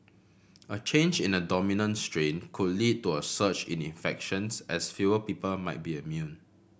a change in the dominant strain could lead to a surge in infections as fewer people might be immune